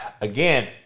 Again